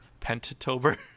pentatober